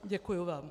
Děkuji vám.